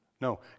No